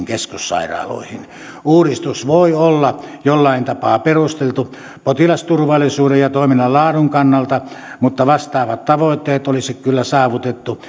keskussairaaloihin uudistus voi olla jollain tapaa perusteltu potilasturvallisuuden ja toiminnan laadun kannalta mutta vastaavat tavoitteet olisi kyllä saavutettu